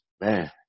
man